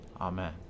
Amen